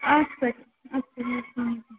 اچھا اد سہ